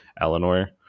eleanor